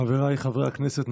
חבריי חברי הכנסת,